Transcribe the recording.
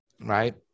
Right